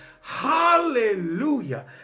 hallelujah